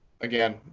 again